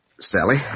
Sally